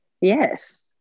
yes